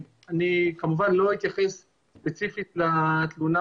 אני כמובן לא אתייחס ספציפית לתלונה